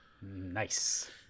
nice